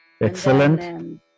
Excellent